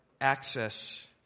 access